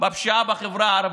בפשיעה בחברה הערבית.